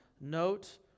note